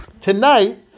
tonight